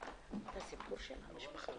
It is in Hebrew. הישיבה ננעלה בשעה